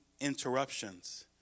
interruptions